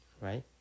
Right